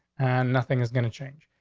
and nothing is gonna change.